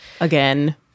Again